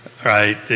Right